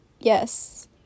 Yes